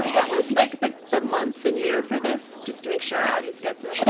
what was like but the months and year for this, just to make sure our audience gets it?